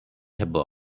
ହେବ